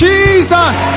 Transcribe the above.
Jesus